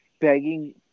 begging